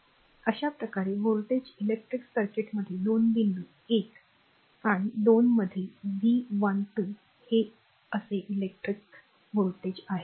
अशा प्रकारे voltage electric सर्किटमधील 2 बिंदू 1 आणि 2 मधील व्ही 12 हे असे इलेक्ट्रिक आहे समजा